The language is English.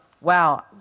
wow